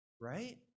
Right